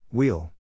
Wheel